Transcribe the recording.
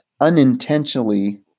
unintentionally